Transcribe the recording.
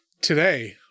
today